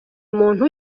muntu